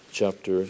chapter